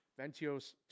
Ventios